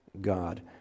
God